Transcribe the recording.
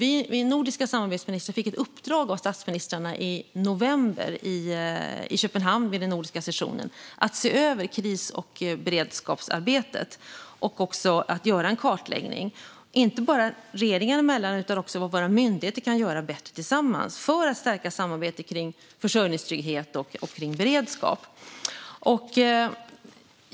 Vi nordiska samarbetsministrar fick vid Nordiska rådets session i Köpenhamn i november ett uppdrag av statsministrarna att se över kris och beredskapsarbetet och att göra en kartläggning inte bara regeringarna emellan utan också av vad våra myndigheter kan göra bättre tillsammans för att stärka samarbetet kring försörjningstrygghet och beredskap.